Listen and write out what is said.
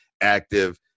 active